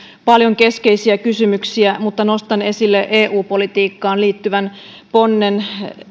paljon keskeisiä kysymyksiä mutta nostan esille eu politiikkaan liittyvän ponnen